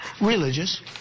Religious